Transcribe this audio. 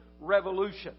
revolution